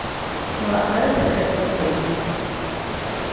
ᱚᱲᱟᱜ ᱨᱮ ᱥᱮᱴᱮᱨ ᱦᱚᱴᱚ ᱠᱟᱹᱧ ᱢᱮ